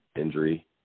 injury